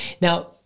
Now